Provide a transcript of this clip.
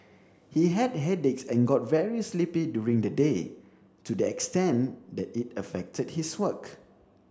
he had headaches and got very sleepy during the day to the extent that it affected his work